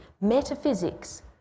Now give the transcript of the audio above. metaphysics